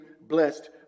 blessed